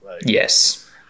yes